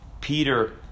peter